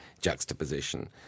juxtaposition